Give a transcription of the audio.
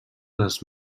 les